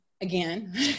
again